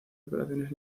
operaciones